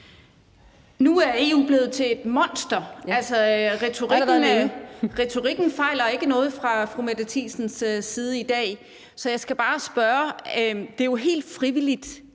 Nu er EU blevet til et monster. Altså, retorikken fejler ikke noget fra fru Mette Thiesens side i dag. Så jeg skal bare spørge om noget. Det er jo helt frivilligt,